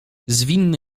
zwinny